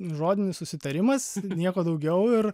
žodinis susitarimas nieko daugiau ir